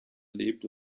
leben